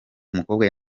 umukobwa